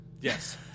Yes